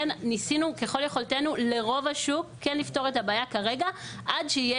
ניסינו ככל יכולתנו לרוב השוק כן לפתור את הבעיה כרגע עד שיהיה